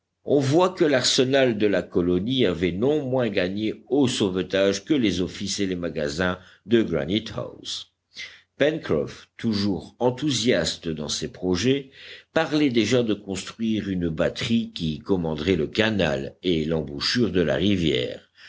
on voit que l'arsenal de la colonie avait non moins gagné au sauvetage que les offices et les magasins de granite house pencroff toujours enthousiaste dans ses projets parlait déjà de construire une batterie qui commanderait le canal et l'embouchure de la rivière